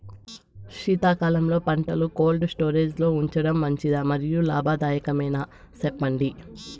శీతాకాలంలో పంటలు cold storage లో ఉంచడం మంచిదా? మరియు లాభదాయకమేనా, సెప్పండి